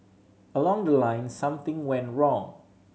along the line something went wrong